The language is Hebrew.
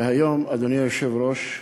והיום, אדוני היושב-ראש,